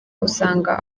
usanga